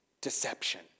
deception